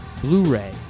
Blu-ray